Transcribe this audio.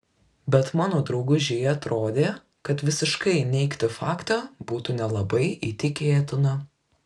bet mano draugužei atrodė kad visiškai neigti faktą būtų nelabai įtikėtina